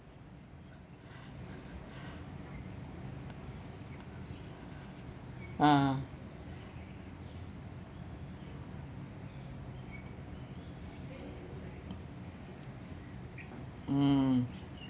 ah mm